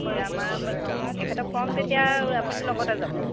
এতিয়া আমাৰ এখেতক ক'ম তেতিয়া আপুনিও লগতে যাব